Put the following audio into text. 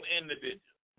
individuals